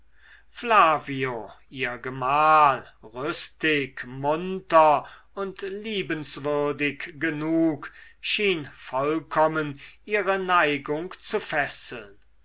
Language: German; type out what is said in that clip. ihr gemahl rüstig munter und liebenswürdig genug schien vollkommen ihre neigung zu fesseln